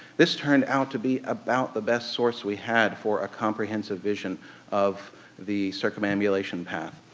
this turned out to be about the best source we had for a comprehensive vision of the circumambulation path.